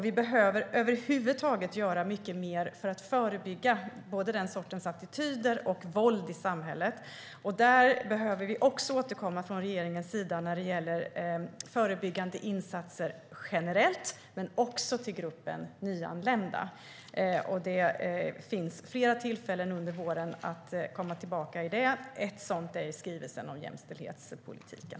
Vi behöver över huvud taget göra mycket mer för att förebygga den sortens attityder och våld i samhället. Vi behöver återkomma från regeringens sida när det gäller förebyggande insatser generellt men också för gruppen nyanlända. Det finns flera tillfällen under våren att komma tillbaka till det. Ett sådant handlar om skrivelsen om jämställdhetspolitiken.